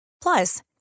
Plus